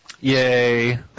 Yay